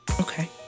Okay